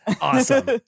Awesome